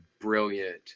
brilliant